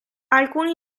alcuni